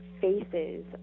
faces